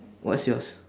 what's yours